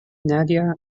nadia